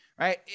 right